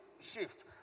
shift